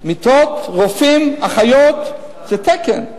מיטות, רופאים, אחיות, זה תקן,